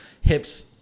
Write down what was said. hips –